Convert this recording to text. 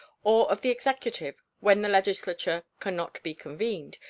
or of the executive when the legislature can not be convened,